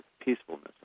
peacefulness